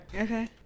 Okay